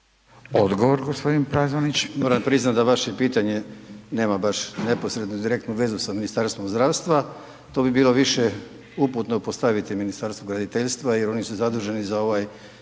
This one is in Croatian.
Željko (HDZ)** Moram priznati da vaše pitanje nema baš neposrednu direktnu vezu sa Ministarstvom zdravstva, to bilo više uputno postaviti Ministarstvu graditeljstva jer oni su zaduženi za ovu